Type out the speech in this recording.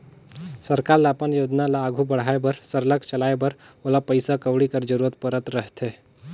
सरकार ल अपन योजना ल आघु बढ़ाए बर सरलग चलाए बर ओला पइसा कउड़ी कर जरूरत परत रहथे